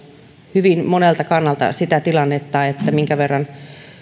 hyvin monelta kannalta sitä tilannetta että minkä verran